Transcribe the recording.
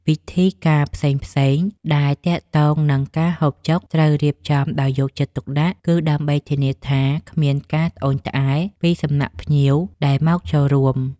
ពិធីការផ្សេងៗដែលទាក់ទងនឹងការហូបចុកត្រូវរៀបចំដោយយកចិត្តទុកដាក់ គឺដើម្បីធានាថាគ្មានការត្អូញត្អែរពីសំណាក់ភ្ញៀវដែលមកចូលរួម។